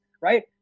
right